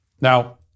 Now